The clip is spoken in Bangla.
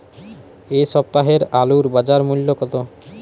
এ সপ্তাহের আলুর বাজার মূল্য কত?